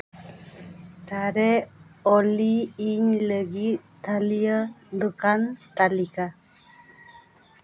ᱟᱨᱮ ᱚᱞᱤ ᱤᱧ ᱞᱟᱹᱜᱤᱫ ᱛᱷᱟᱹᱱᱤᱭᱳ ᱫᱚᱠᱟᱱ ᱛᱟᱞᱤᱠᱟ